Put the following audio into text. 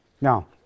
Now